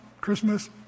Christmas